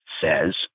says